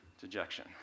dejection